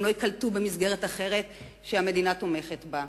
הם לא ייקלטו במסגרת אחרת שהמדינה תומכת בה,